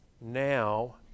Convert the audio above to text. now